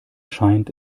scheint